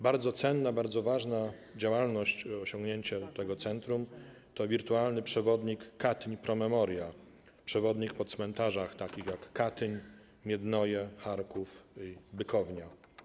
Bardzo cenna, bardzo ważna działalność i osiągnięcie tego centrum to wirtualny przewodnik Katyń Pro Memoria - przewodnik po cmentarzach takich jak Katyń, Miednoje, Charków i Bykownia.